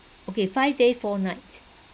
okay five days four night